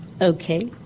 Okay